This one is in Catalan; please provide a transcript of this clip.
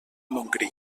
montgrí